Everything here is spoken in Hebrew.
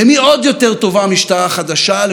למי עוד יותר טובה משטרה חלשה?